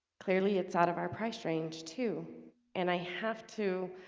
clearly it's out of our price range too and i have to